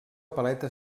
paleta